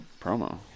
Promo